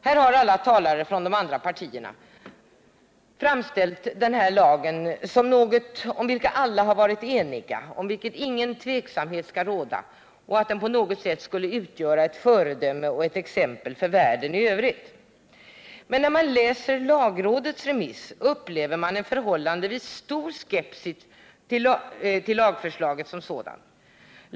Här har alla talare från de andra partierna framställt denna lag som någonting om vilket alla har varit eniga, någonting om vilket ingen tveksamhet skall råda. Vidare skulle lagen på något sätt utgöra ett föredöme för världen i övrigt. Men när man läser lagrådets remiss upplever man en förhållandevis stor skepsis till lagförslaget som sådant.